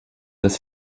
das